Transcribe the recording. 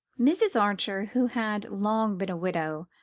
mrs. archer, who had long been a widow,